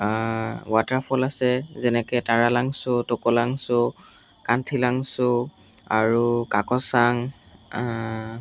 waterfall আছে যেনেকৈ তাৰা লাংছোঁ টোক' লাঙচো কাণ্ঠি লাংছোঁ আৰু কাক' চাং